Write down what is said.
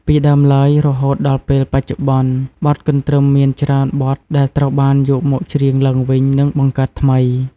ពីដើមឡើយ រហូតដល់ពេលបច្ចុប្បន្ន បទកន្ទ្រឹមមានច្រើនបទដែលត្រូវបានយកមកច្រៀងឡើងវិញ និងបង្កើតថ្មី។